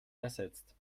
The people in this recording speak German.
ersetzt